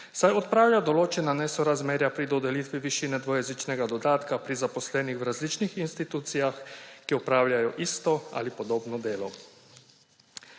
saj odpravlja določena nesorazmerja pri dodelitvi višine dvojezičnega dodatka pri zaposlenih v različnih institucijah, ki opravljajo isto ali podobno delo.